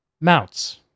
Mounts